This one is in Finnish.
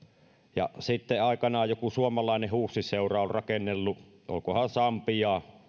ja aikanaan joku suomalainen huussiseura on rakennellut onkohan sambiaan